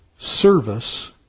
service